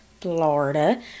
Florida